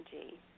energy